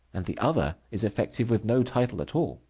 and the other is effective with no title at all.